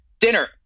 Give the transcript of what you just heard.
dinner